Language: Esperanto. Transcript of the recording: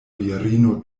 virino